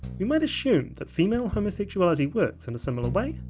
we might assume that female homosexuality works in a similar way,